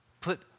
put